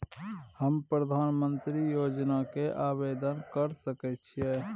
हम प्रधानमंत्री योजना के आवेदन कर सके छीये?